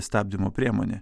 stabdymo priemonė